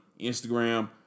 Instagram